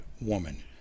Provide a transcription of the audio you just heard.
woman